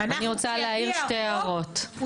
אני רוצה להעיר שתי הערות: א',